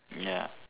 ya